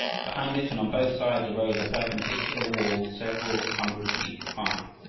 behind it and on both sides arose a perpendicular wall several hundred feet high.